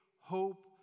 hope